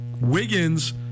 Wiggins